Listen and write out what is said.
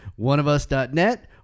oneofus.net